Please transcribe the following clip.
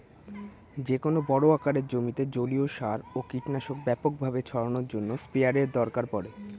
যেকোনো বড় আকারের জমিতে জলীয় সার ও কীটনাশক ব্যাপকভাবে ছড়ানোর জন্য স্প্রেয়ারের দরকার পড়ে